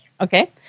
Okay